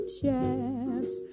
chance